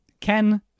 Ken